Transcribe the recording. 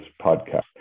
podcast